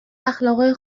اخلاقای